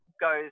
goes